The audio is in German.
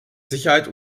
sicherheit